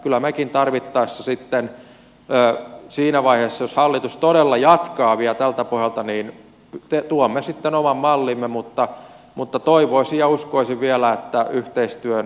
kyllä mekin tarvittaessa sitten siinä vaiheessa jos hallitus todella jatkaa vielä tältä pohjalta tuomme sitten oman mallimme mutta toivoisin ja uskoisin vielä että yhteistyön mahdollisuus olisi